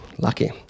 Lucky